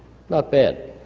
not bad.